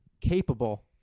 capable